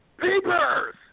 Peepers